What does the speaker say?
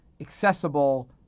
accessible